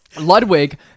Ludwig